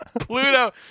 Pluto